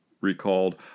recalled